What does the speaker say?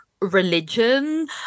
religion